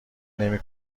نمی